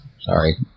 sorry